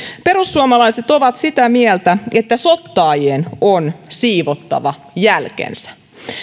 perussuomalaiset ovat sitä mieltä että sottaajien on siivottava jälkensä